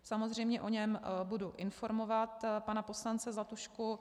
Samozřejmě o něm budu informovat pana poslance Zlatušku.